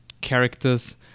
characters